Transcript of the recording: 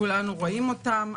כולנו רואים אותן,